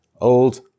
old